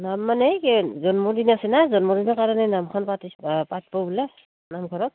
নাম মানে এই জন্মদিন আছে না জন্মদিনৰ কাৰণে নামখন পাতি পাতিব বোলে নামঘৰত